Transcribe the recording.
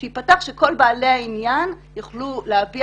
אנחנו מבקשים שהוא ייפתח וכל בעלי העניין יוכלו להביע